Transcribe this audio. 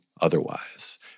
otherwise